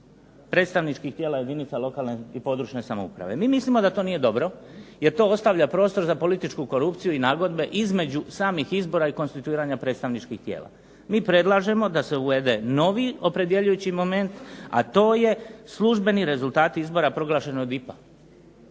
predstavničkih tijela jedinica lokalne i područne samouprave. Mi mislimo da to nije dobro, jer to ostavlja prostor za političku korupciju i nagodbe između samih izbora i konstituiranja predstavničkih tijela. Mi predlažemo da se uvede novi opredjeljujući moment, a to je službeni rezultati izbora proglašeni od DIP-a.